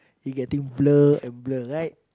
you getting blur and blur right